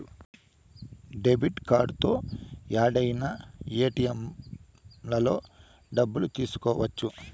debit కార్డుతో యాడైనా ఏటిఎంలలో డబ్బులు తీసుకోవచ్చు